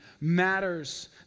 matters